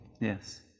yes